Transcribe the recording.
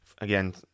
Again